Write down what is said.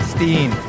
Steam